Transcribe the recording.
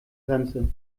grenze